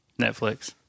Netflix